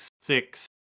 six